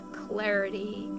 clarity